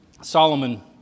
Solomon